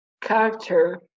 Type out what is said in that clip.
character